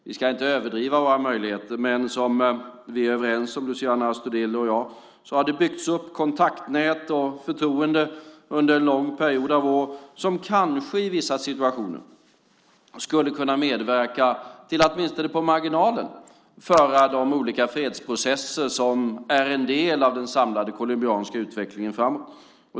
Vi ska inte överdriva våra möjligheter, men som Luciano Astudillo och jag är överens om har det byggts upp kontaktnät och ett förtroende under en lång period, vilket kanske i vissa situationer skulle kunna medverka till att åtminstone på marginalen föra de olika fredsprocesser, som är en del av den samlade colombianska utvecklingen, framåt.